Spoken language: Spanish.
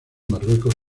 marruecos